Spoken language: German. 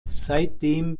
seitdem